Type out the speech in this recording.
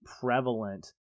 prevalent